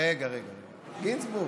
רגע, גינזבורג,